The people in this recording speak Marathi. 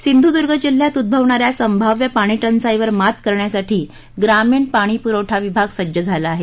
सिंधुदुर्ग जिल्ह्यात उद्भवणाऱ्या संभाव्य पाणी टंचाईवर मात करण्यासाठी ग्रामीण पाणी पुरवठा विभाग सज्ज झाला आहे